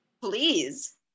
Please